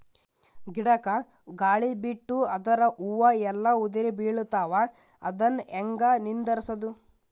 ಗಿಡಕ, ಗಾಳಿ ಬಿಟ್ಟು ಅದರ ಹೂವ ಎಲ್ಲಾ ಉದುರಿಬೀಳತಾವ, ಅದನ್ ಹೆಂಗ ನಿಂದರಸದು?